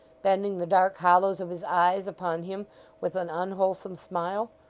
bending the dark hollows of his eyes upon him with an unwholesome smile,